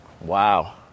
Wow